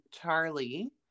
Charlie